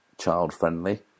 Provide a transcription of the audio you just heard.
child-friendly